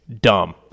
Dumb